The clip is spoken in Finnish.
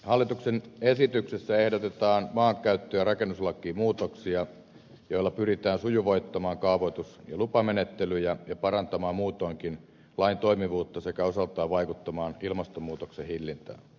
hallituksen esityksessä ehdotetaan maankäyttö ja rakennuslakiin muutoksia joilla pyritään sujuvoittamaan kaavoitus ja lupamenettelyjä ja parantamaan muutoinkin lain toimivuutta sekä osaltaan vaikuttamaan ilmastonmuutoksen hillintään